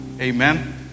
amen